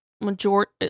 majority